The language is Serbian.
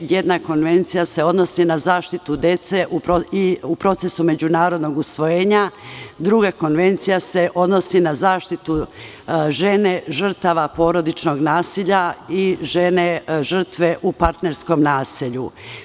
Jedna Konvencija se odnosi na zaštitu dece u procesu međunarodnog usvojenja, druga Konvencija se odnosi na zaštitu žene žrtava porodičnog nasilja i žene žrtve u partnerskom nasilju.